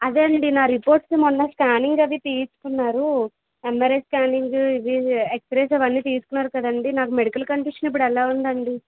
అవేనండి నా రిపోర్ట్సు మొన్న స్కానింగ్ అవి తీసుకున్నారు ఎంఆర్ఐ స్కానింగు ఇవి ఇవి ఎక్స్రేస్ అవి అన్ని తీసుకున్నారు కదండి నాకు మెడికల్ కండిషన్ ఇప్పుడెలా ఉందండి